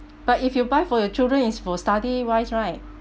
but if you buy for your children is for study wise right